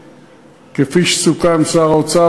כפי שסוכם עם שר האוצר,